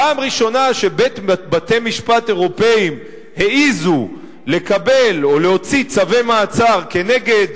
פעם ראשונה שבתי-משפט אירופיים העזו לקבל או להוציא צווי מעצר כנגד